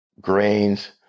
grains